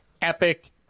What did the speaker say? epic